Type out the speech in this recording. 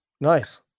Nice